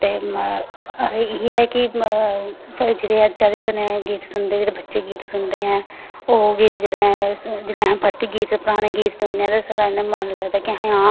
ते एह् ऐ की जेह्ड़े अज्जकल दे बच्चे गीत सुनदे ओह् जेल्लै अस परतियै गीत पराने गीत ते साढ़ा मन लगदा की आं